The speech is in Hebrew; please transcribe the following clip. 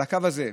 על הקו הזה,